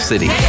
City